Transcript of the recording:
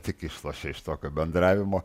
tik išlošia iš tokio bendravimo